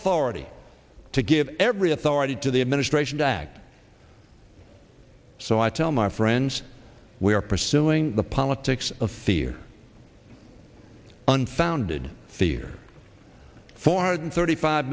authority to give every authority to the administration to act so i tell my friends we are pursuing the politics of fear unfounded fear four hundred thirty five